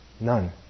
None